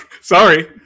sorry